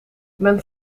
men